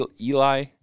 Eli